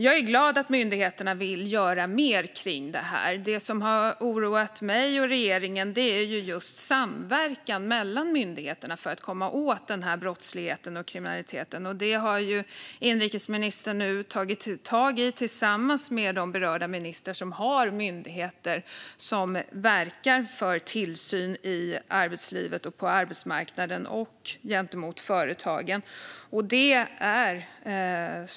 Jag är glad att myndigheterna vill göra mer kring det här. Det som har oroat mig och regeringen är just samverkan mellan myndigheterna för att komma åt den här brottsligheten och kriminaliteten. Detta har inrikesministern nu tagit tag i tillsammans med de berörda ministrar som har myndigheter som verkar för tillsyn i arbetslivet, på arbetsmarknaden och gentemot företagen.